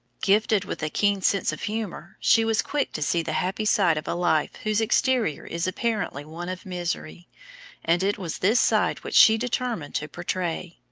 gifted with a keen sense of humor, she was quick to see the happy side of a life whose exterior is apparently one of misery and it was this side which she determined to portray.